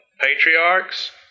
patriarchs